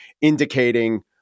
indicating